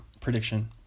prediction